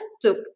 took